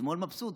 השמאל מבסוט,